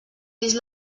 vist